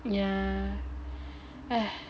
yeah